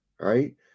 Right